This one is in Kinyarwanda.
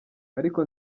ariko